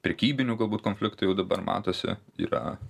prekybinių galbūt konfliktų jau dabar matosi yra